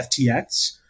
FTX